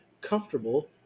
comfortable